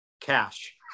cash